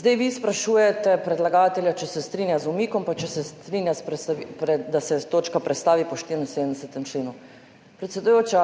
Zdaj vi sprašujete predlagatelja, če se strinja z umikom, pa če se strinja, da se točka prestavi po 74. členu. predsedujoča